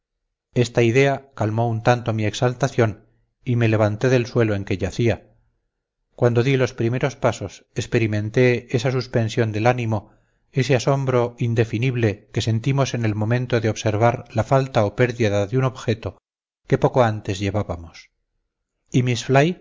esta idea calmó un tanto mi exaltación y me levanté del suelo en que yacía cuando di los primeros pasos experimenté esa suspensión del ánimo ese asombro indefinible que sentimos en el momento de observar la falta o pérdida de un objeto que poco antes llevábamos y miss